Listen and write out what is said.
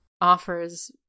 offers